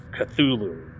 Cthulhu